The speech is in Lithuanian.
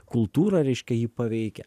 kultūra reiškia jį paveikia